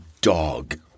dog